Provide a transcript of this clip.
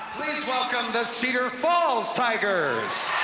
please welcome the cedar falls tigers.